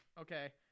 okay